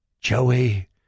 Joey